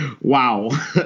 wow